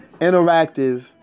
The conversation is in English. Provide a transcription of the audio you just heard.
Interactive